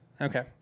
Okay